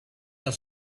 are